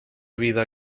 vida